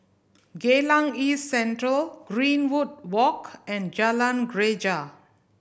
Geylang East Central Greenwood Walk and Jalan Greja